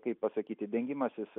kaip pasakyti dengimasis